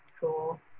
Cool